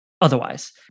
otherwise